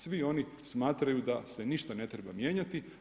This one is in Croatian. Svi oni smatraju da se ništa ne treba mijenjati.